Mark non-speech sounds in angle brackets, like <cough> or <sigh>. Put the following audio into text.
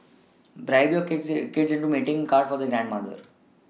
<noise> bribe your kids kids into making a card for their grandmother